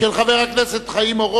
התשס"ט 2009,